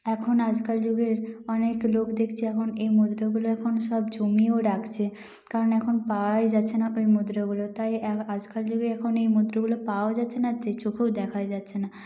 এখন আজকাল যুগের অনেক লোক দেখছি এখন এই মুদ্রগুলো এখন সব জমিয়েও রাখছে কারণ এখন পাওয়াই যাচ্ছে না ওই মুদ্রগুলো তাই এ আজকাল যুগে এখন এই মুদ্রগুলো পাওয়াও যাচ্ছে না তাই চোখেও দেখা যাচ্ছে না